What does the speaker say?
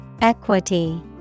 Equity